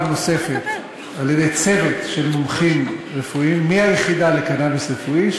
נוספת על-ידי צוות של מומחים רפואיים מהיחידה לקנאביס רפואי,